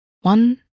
One